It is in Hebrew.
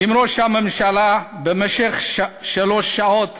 עם ראש הממשלה במשך שלוש שעות,